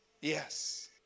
Yes